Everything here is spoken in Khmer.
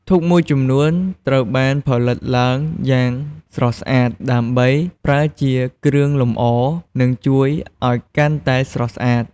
ធូបមួយចំនួនត្រូវបានផលិតឡើងយ៉ាងស្រស់ស្អាត ដើម្បីប្រើជាគ្រឿងលម្អ និងជួយឲ្យកាន់តែស្រស់ស្អាត។